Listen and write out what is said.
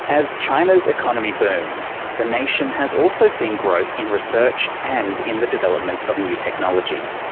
as china's economy booms, the nation has also seen growth in research and in the development of new technology.